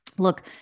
look